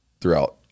throughout